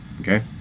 okay